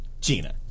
Gina